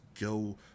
go